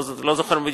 אני לא זוכר,